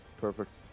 Perfect